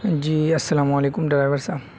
جی السلام و علیکم ڈرائیور صاحب